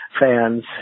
fans